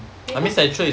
because